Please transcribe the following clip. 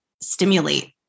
stimulate